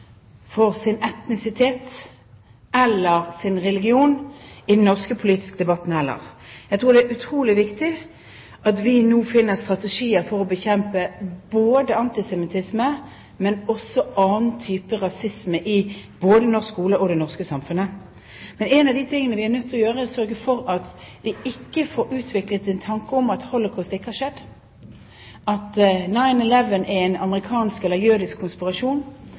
for sin etnisitet eller sin religion i den norske politiske debatten, heller. Jeg tror det er utrolig viktig at vi nå finner strategier for å bekjempe både antisemittisme og annen type rasisme i både norsk skole og det norske samfunnet. En av de tingene vi er nødt til å gjøre, er å sørge for at det ikke får utviklet seg en tanke om at holocaust ikke har skjedd, eller at «9/11» er en amerikansk eller jødisk konspirasjon